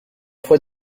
fois